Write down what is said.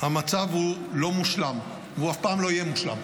המצב הוא לא מושלם והוא אף פעם לא יהיה מושלם,